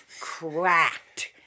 cracked